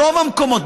ברוב המקומות,